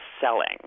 selling